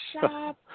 Shop